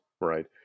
Right